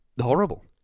Horrible